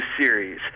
series